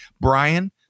Brian